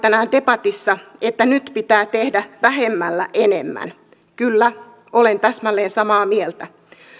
tänään debatissa että nyt pitää tehdä vähemmällä enemmän kyllä olen täsmälleen samaa mieltä